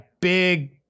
big